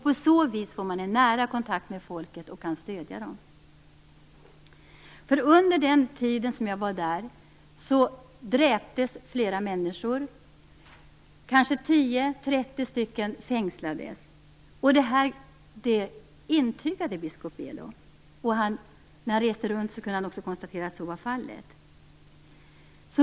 På så vis får man nära kontakt med folket och kan stödja människorna. Under den tid som jag var där nere dräptes flera människor, kanske tio personer. 30 personer fängslades. Detta intygades av biskop Belo. När han reste runt kunde han nämligen konstatera att så var fallet.